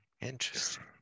interesting